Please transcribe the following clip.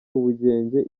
ubugenge